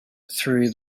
through